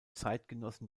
zeitgenossen